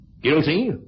guilty